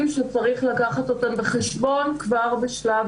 אלה דברים שצריך לקחת בחשבון כבר בשלב